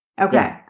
Okay